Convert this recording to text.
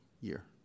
year